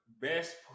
best